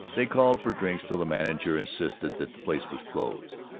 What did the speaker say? they called for drinks till the manager insisted that the place was closed.